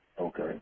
Okay